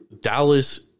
Dallas